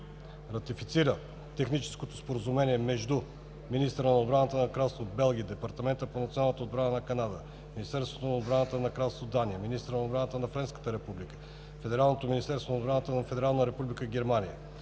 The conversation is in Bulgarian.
Ратифицира техническото споразумение между министъра на отбраната на Кралство Белгия, Департамента по националната отбрана на Канада, Министерството на отбраната на Кралство Дания, министъра на отбраната на Френската Република, Федералното министерство на отбраната на Федерална Република Германия,